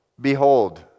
Behold